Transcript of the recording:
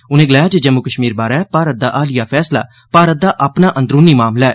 उनें गलाया जे जम्मू कश्मीर बारै भारत दा हालिया फैसला भारत दा अपना अंदरूनी मामला ऐ